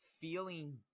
feeling